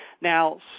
Now